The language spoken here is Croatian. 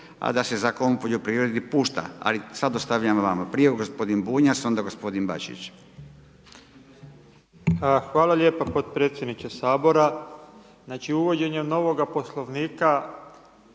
a da se Zakon o poljoprivredi pušta. Ali sada ostavljam vama. Prije gospodin Bunjac, onda gospodin Bačić. **Bunjac, Branimir (Živi zid)** Hvala lijepa potpredsjedniče Sabora. Znači uvođenjem novoga Poslovnika